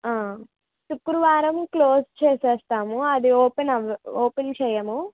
ఆ శుక్రవారం క్లోజ్ చేసేస్తాము అది ఓపెన్ అవ్వ ఓపెన్ చెయ్యము